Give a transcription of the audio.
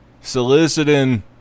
Soliciting